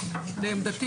לעמדתי